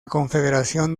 confederación